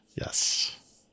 Yes